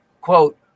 quote